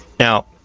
Now